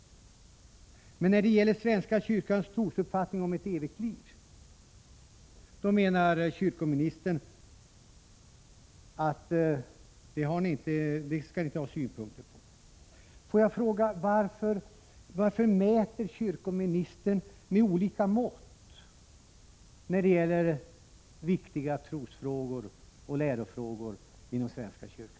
Men när det gäller svenska kyrkans trosuppfattning om ett evigt liv menar kyrkoministern att regeringen inte skall ha synpunkter. Får jag fråga: Varför mäter kyrkoministern med olika mått när det gäller viktiga trosfrågor och lärofrågor inom svenska kyrkan?